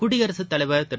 குடியரசுத் தலைவர் திரு